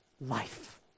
life